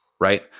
Right